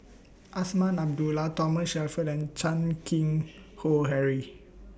Azman Abdullah Thomas Shelford and Chan Keng Howe Harry